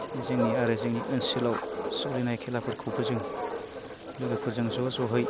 बिदिनो जोंनि आरो जोंनि ओनसोलाव सोलिनाय खेलाफोरखौबो जों लोगोफोरजों ज' ज'यै